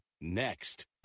next